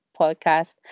podcast